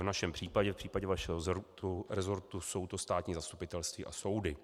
V našem případě, v případě vašeho resortu, jsou to státní zastupitelství a soudy.